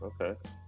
okay